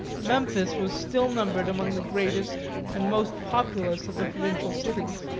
memphis was still numbered among the greatest and most populous of the provincial cities.